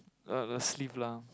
uh the sleeve lah